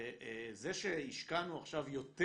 זה שהשקענו עכשיו יותר